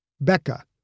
Becca